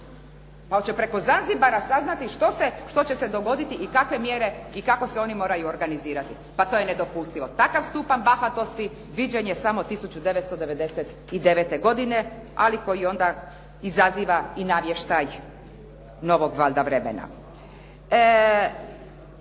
Hoće preko “Zanzibara“ saznati što će se dogoditi i kakve mjere i kako se oni moraju organizirati? Pa to je nedopustivo. Takav stupanj bahatosti viđen je samo 1999. godine ali koji onda izaziva i navještaj novog valjda vremena.